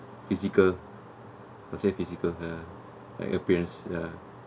physical I say physical like your parents ya